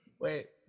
Wait